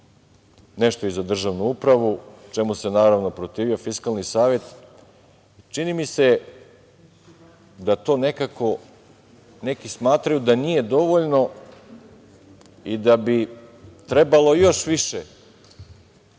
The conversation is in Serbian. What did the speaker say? nešto i za državnu upravu, čemu se naravno protivio Fiskalni savet. Čini mi se da neki smatraju da to sve nije dovoljno i da bi trebalo još više